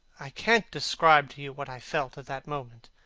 i can't describe to you what i felt at that moment.